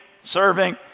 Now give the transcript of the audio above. serving